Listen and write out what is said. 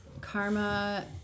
Karma